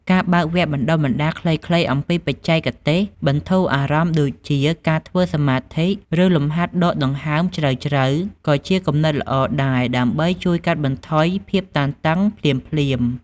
ការបើកវគ្គបណ្ដុះបណ្ដាលខ្លីៗអំពីបច្ចេកទេសបន្ធូរអារម្មណ៍ដូចជាការធ្វើសមាធិ ឬលំហាត់ដកដង្ហើមជ្រៅៗក៏ជាគំនិតល្អដែរដើម្បីជួយកាត់បន្ថយភាពតានតឹងភ្លាមៗ។